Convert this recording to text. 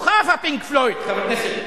כוכב ה"פינק פלויד", חבר הכנסת